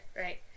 right